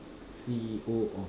C_E_O of